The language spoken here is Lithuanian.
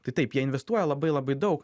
tai taip jie investuoja labai labai daug